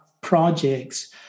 projects